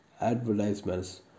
advertisements